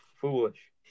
foolish